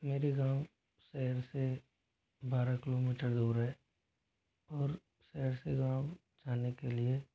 मेरे गाँव शहर से बारह किलोमीटर दूर है और शहर से गाँव जाने के लिए